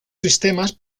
sistemas